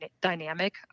dynamic